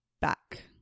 back